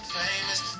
famous